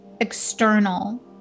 external